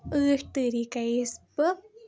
ٲٹھ طٔریٖقہٕ یس بہٕ